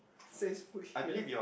says food here